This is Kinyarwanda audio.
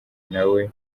nawe